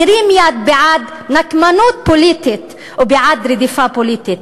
מרים יד בעד נקמנות פוליטית ובעד רדיפה פוליטית.